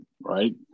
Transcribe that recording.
right